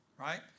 right